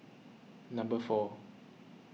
number four